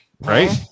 Right